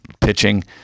pitching